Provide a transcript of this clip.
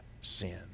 sin